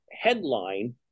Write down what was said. headline